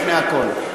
לפני הכול,